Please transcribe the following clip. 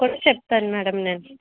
కనుక్కొని చెప్తాను మేడం నేను